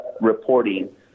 reporting